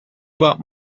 bought